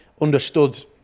understood